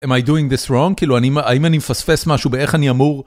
am I doing this wrong, כאילו, האם אני מפספס משהו באיך אני אמור.